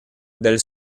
del